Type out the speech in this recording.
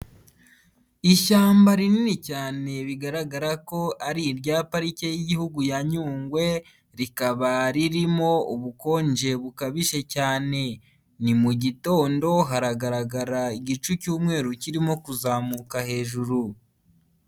Ishyamba rinini cyane bigaragara ko ari irya Parike y'Igihugu ya Nyungwe rikaba ririmo ubukonje bukabije cyane, ni mu gitondo haragaragara igicu cyumweru kirimo kuzamuka hejuru.